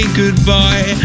goodbye